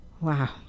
Wow